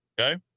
okay